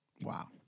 Wow